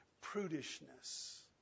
prudishness